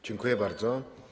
Dziękuję bardzo.